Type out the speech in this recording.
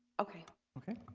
okay, okay